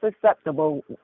susceptible